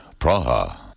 Praha